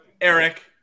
Eric